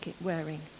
wearing